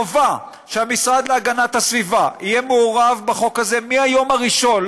חובה שהמשרד להגנת הסביבה יהיה מעורב בחוק הזה מהיום הראשון,